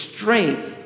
strength